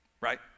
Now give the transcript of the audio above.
right